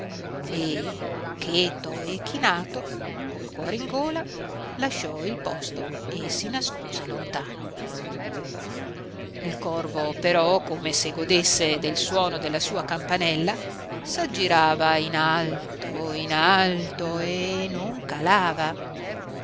cheto e chinato col cuore in gola lasciò il posto e si nascose lontano il corvo però come se godesse del suono della sua campanella s'aggirava in alto in alto e non calava